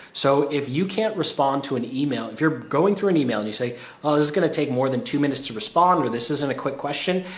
so if you can't respond to an email, if you're going through an email and you say, oh, this is going to take more than two minutes to respond, or this isn't a quick question,